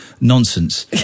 Nonsense